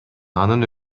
анын